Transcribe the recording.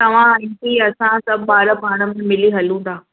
तव्हां आंटी असां सभु ॿार पाण में मिली हलूं था